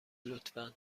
لطفا